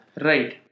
Right